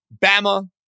Bama